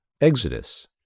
Exodus